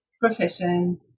profession